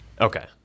Okay